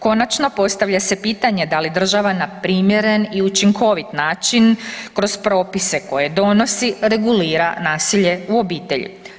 Konačno, postavlja se pitanje da li država na primjeren i učinkovit način kroz propise koje donosi regulira nasilje u obitelji.